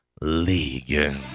League